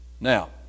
Now